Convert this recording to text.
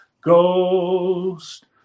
Ghost